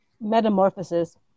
metamorphosis